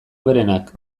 hoberenak